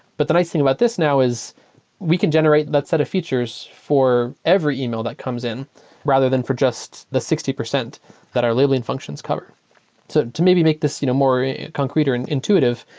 but the nice thing about this now is we can generate that set of features for every email that comes in rather than for just the sixty percent that our labeling functions cover to to maybe make this you know more in concrete or intuitive,